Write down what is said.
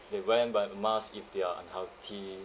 they went by mask if they are unhealthy